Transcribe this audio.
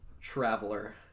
traveler